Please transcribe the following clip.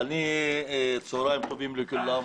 צוהריים טובים לכולם.